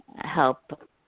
help